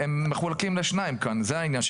הם מחולקים כאן לשניים, וזה העניין.